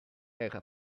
era